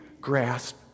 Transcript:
grasp